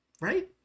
Right